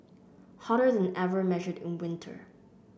hotter than ever measured in winter